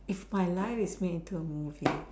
if my life is made into a movie